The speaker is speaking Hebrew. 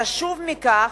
חשוב מכך,